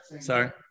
sorry